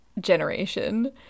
generation